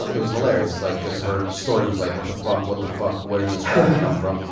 like it was hilarious like cause her story was like, what the fuck, what the fuck, where did this traffic come from?